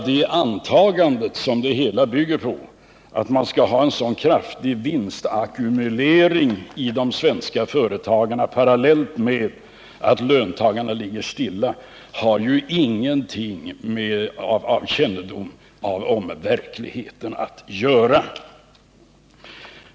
Det antagande som det hela bygger på, att man skall ha en mycket kraftig vinstackumulering i de svenska företagen parallellt med att löntagarnas standard skall ligga stilla, har ju ingenting att göra med en kännedom om verkligheten.